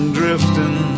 drifting